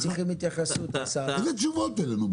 איזה מין תשובות אלו?